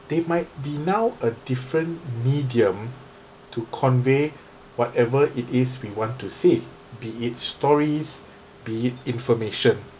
they've might be now a different medium to convey whatever it is we want to see be it stories be it information